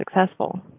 successful